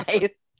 nice